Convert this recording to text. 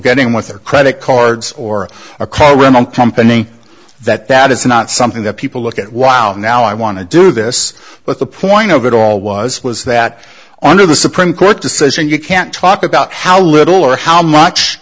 getting with their credit cards or a car rental company that that is not something that people look at while now i want to do this but the point of it all was was that under the supreme court decision you can't talk about how little or how much